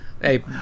Hey